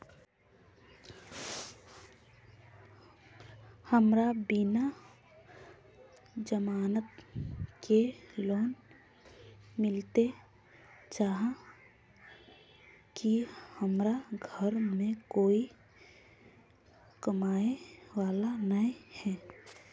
हमरा बिना जमानत के लोन मिलते चाँह की हमरा घर में कोई कमाबये वाला नय है?